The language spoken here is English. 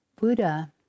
Buddha